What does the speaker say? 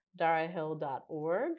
darahill.org